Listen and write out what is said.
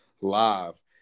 live